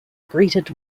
greeted